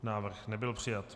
Návrh nebyl přijat.